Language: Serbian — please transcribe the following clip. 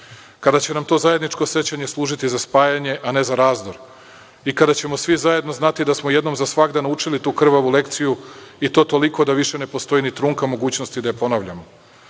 kada će nam to zajedničko sećanje služiti za spajanje a ne za razdor i kada ćemo svi zajedno znati da smo jednom za svagda naučili tu krvavu lekciju i to toliko da više ne postoji ni trunka mogućnosti da je ponavljamo. Svako